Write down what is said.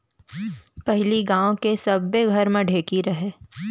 पहिली गांव के सब्बे घर म ढेंकी रहय